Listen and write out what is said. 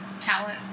talent